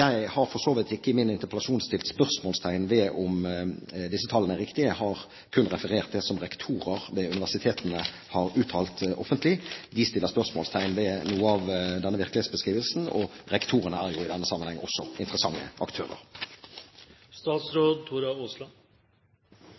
har for så vidt ikke i min interpellasjon satt spørsmålstegn ved om disse tallene er riktige. Jeg har kun referert det som rektorer ved universitetene har uttalt offentlig. De setter spørsmålstegn ved noe av denne virkelighetsbeskrivelsen, og rektorene er jo i denne sammenheng også interessante